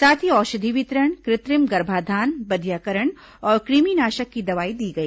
साथ ही औषधि वितरण कृत्रिम गर्भाधान बधियाकरण और कृमिनाशक की दवाई दी गई